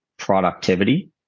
productivity